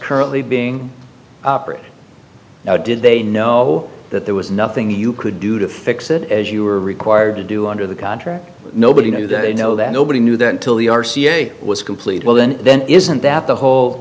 currently being now did they know that there was nothing you could do to fix it as you were required to do under the contract nobody knew that you know that nobody knew that until the r c a was complete well then then isn't that the whole